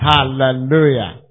Hallelujah